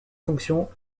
fonctions